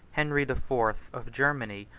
henry the fourth, of germany,